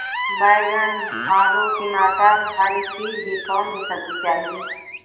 बैगन आलू टमाटर हरेक चीज़ है कौन सी सब्ज़ी चाहिए